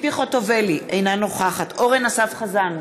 ציפי חוטובלי, אינה נוכחת אורן אסף חזן,